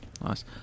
Nice